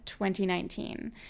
2019